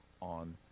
on